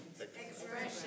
Expression